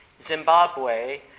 Zimbabwe